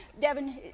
Devin